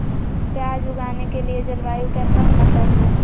प्याज उगाने के लिए जलवायु कैसा होना चाहिए?